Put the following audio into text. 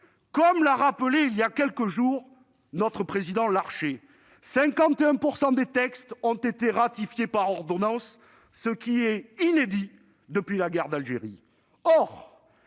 l'a rappelé il y a quelques jours, 51 % des textes ont été ratifiés par ordonnance, ce qui est inédit depuis la guerre d'Algérie.